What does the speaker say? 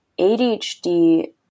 ADHD